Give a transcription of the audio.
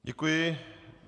Děkuji.